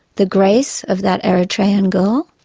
the grace of that eritrean girl?